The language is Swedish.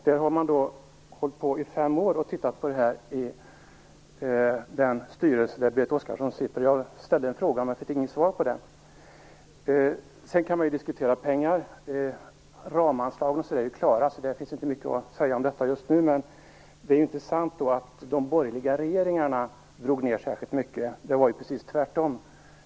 Man har hållit på i fem år och tittat på detta i den styrelse där Berit Oscarsson sitter med. Jag ställde en fråga, men jag fick inget svar på den. Sedan kan man diskutera pengar. Ramanslagen är ju klara, så det finns inte så mycket att säga om detta just nu, men det är inte sant att de borgerliga regeringarna drog ned särskilt på anslagen. Det var ju precis tvärtom.